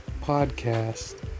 podcast